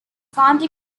county